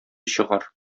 чыгар